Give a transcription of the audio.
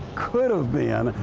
could have been,